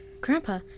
Grandpa